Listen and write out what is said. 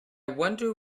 wonder